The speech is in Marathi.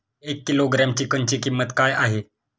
एक किलोग्रॅम चिकनची किंमत काय आहे?